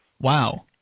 Wow